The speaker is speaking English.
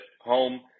home